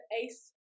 ace